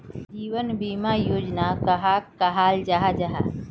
जीवन बीमा योजना कहाक कहाल जाहा जाहा?